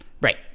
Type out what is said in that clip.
Right